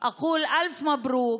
אני אומרת אלף מזל טוב.